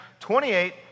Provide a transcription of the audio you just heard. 28